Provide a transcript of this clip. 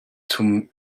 zum